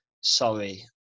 sorry